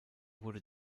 wurde